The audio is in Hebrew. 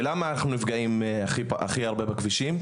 ולמה אנחנו נפגעים הכי הרבה בכבישים?